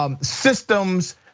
systems